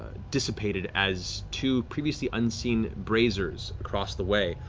dissipated as two previously unseen braziers across the way